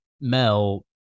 Mel